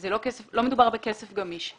לא מדובר בכסף גמיש.